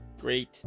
Great